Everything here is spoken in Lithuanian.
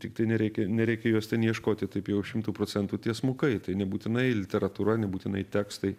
tiktai nereikia nereikia jos ten ieškoti taip jau šimtu procentų tiesmukai tai nebūtinai literatūra nebūtinai tekstai